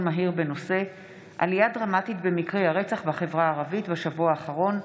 מהיר בנושא: עלייה דרמטית במקרי הרצח בחברה הערבית בשבוע האחרון.